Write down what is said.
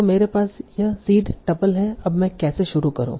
तो मेरे पास यह सीड टपल है अब मैं कैसे शुरू करूं